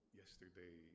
yesterday